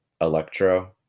Electro